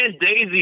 Daisy